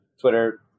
Twitter